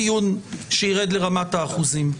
מכובדיי, יתקיים פה דיון שירד לרמת האחוזים.